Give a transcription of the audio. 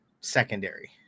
secondary